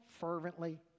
fervently